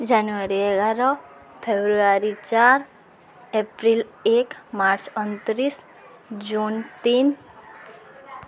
ଜାନୁଆରୀ ଏଗାର ଫେବୃଆରୀ ଚାରି ଏପ୍ରିଲ ଏକ ମାର୍ଚ୍ଚ ଅଣତିରିଶ ଜୁନ ତିନି